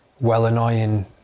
well-annoying